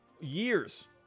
years